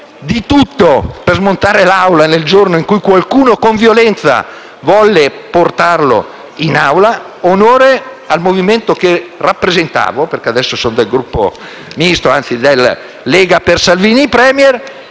di tutto per smontare l'Aula nel giorno in cui qualcuno con violenza volle portarlo in Aula; onore al movimento che rappresentavo, perché adesso sono del Gruppo Misto, anzi della Lega per Salvini Premier,